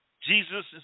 Jesus